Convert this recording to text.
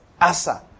Asa